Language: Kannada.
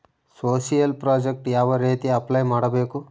ಸೋಶಿಯಲ್ ಪ್ರಾಜೆಕ್ಟ್ ಯಾವ ರೇತಿ ಅಪ್ಲೈ ಮಾಡಬೇಕು?